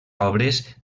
obres